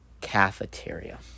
cafeteria